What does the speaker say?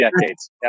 decades